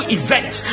event